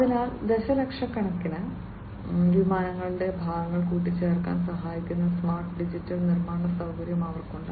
അതിനാൽ ദശലക്ഷക്കണക്കിന് വിമാനങ്ങളുടെ ഭാഗങ്ങൾ കൂട്ടിച്ചേർക്കാൻ സഹായിക്കുന്ന സ്മാർട്ട് ഡിജിറ്റൽ നിർമ്മാണ സൌകര്യം അവർക്കുണ്ട്